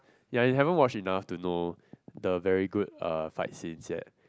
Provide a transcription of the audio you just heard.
ya you haven't watch enough to know the very good uh fight scenes yet